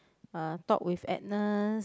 uh talk with Agnes